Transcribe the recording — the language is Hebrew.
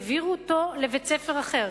והעבירו אותו לבית-ספר אחר,